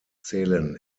zählen